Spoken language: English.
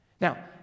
now